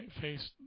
face